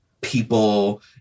people